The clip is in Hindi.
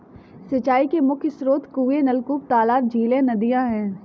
सिंचाई के मुख्य स्रोत कुएँ, नलकूप, तालाब, झीलें, नदियाँ हैं